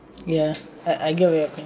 ya I I get what you're